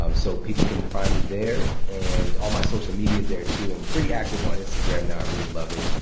um so people can find me there, and all my social media is there too. i'm pretty active on instagram now. i really love it,